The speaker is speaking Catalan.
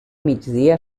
migdia